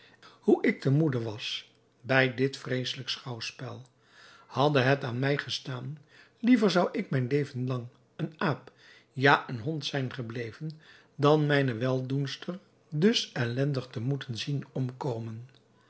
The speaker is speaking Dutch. hoe ik te moede was bij dit vreeselijk schouwspel hadde het aan mij gestaan liever zou ik mijn leven lang een aap ja een hond zijn gebleven dan mijne weldoenster dus ellendig te moeten zien omkomen